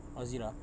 ozirah